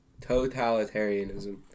totalitarianism